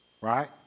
Right